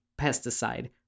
pesticide